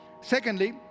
Secondly